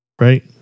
Right